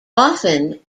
often